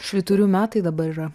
švyturių metai dabar yra